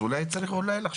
אולי צריך לחשוב.